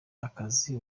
akazi